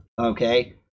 Okay